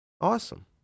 Awesome